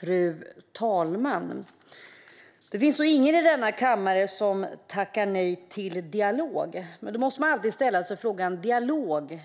Fru talman! Det finns nog ingen i denna kammare som tackar nej till dialog. Men man måste alltid ställa sig frågan: Dialog